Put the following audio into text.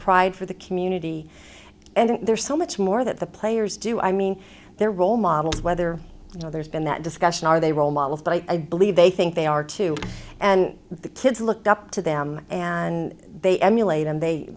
pride for the community and there's so much more that the players do i mean they're role models whether you know there's been that discussion are they role models but i believe they think they are two and the kids looked up to them and they emulate and they